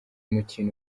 mukino